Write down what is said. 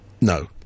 No